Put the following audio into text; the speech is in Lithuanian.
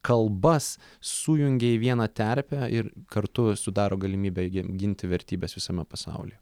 kalbas sujungia į vieną terpę ir kartu sudaro galimybę jiem ginti vertybes visame pasaulyje